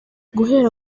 guhera